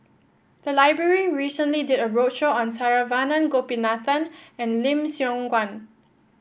the library recently did a roadshow on Saravanan Gopinathan and Lim Siong Guan